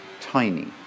tiny